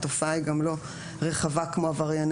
התופעה היא גם לא רחבה כמו עברייני